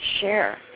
share